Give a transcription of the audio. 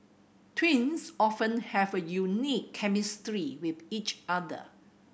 twins often have a unique chemistry with each other